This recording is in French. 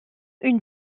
une